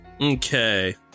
Okay